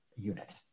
unit